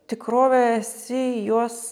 tikrovėje esi juos